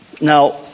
Now